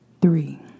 three